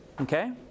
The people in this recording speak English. Okay